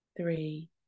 three